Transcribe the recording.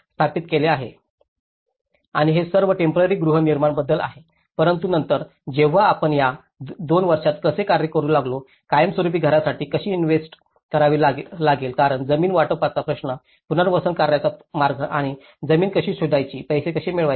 आणि हे सर्व टेम्पोरारी गृहनिर्माण बद्दल आहे परंतु नंतर जेव्हा आपण या 2 वर्षांत कसे कार्य करू लागलो कायमस्वरुपी घरांसाठी कशी इन्व्हेस्ट करावी लागेल कारण जमीन वाटपाचा प्रश्न पुनर्वसन करण्याचा मार्ग आणि जमीन कशी शोधायची पैसे कसे मिळवायचे